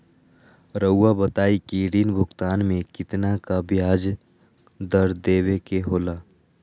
रहुआ बताइं कि ऋण भुगतान में कितना का ब्याज दर देवें के होला?